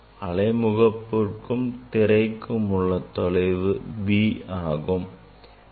அலை முகப்புக்கும் திரைக்கும் உள்ள தொலைவு b ஆகும்